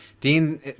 Dean